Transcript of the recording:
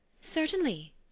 Certainly